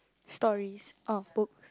stories orh books